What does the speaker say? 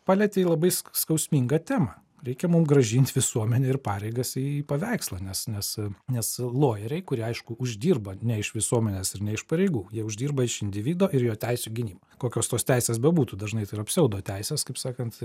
palietei labai sk skausmingą temą reikia mum grąžint visuomenę ir pareigas į paveikslą nes nes nes lojeriai kurie aišku uždirba ne iš visuomenės ir ne iš pareigų jie uždirba iš individo ir jo teisių gynimo kokios tos teisės bebūtų dažnai tai yra pseudoteisės kaip sakant